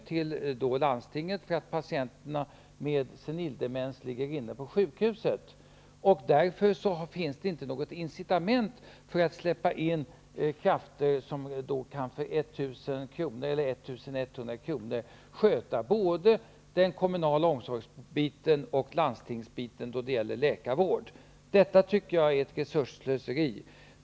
till landstinget för att patienter med senil demens ligger inne på sjukhuset. Därför finns det inte något incitament för att släppa in krafter som för 1 100 kr. kan sköta läkarvården både vad gäller den kommunala omsorgen och den del som faller på landstinget. Detta tycker jag är ett resursslöseri.